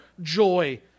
joy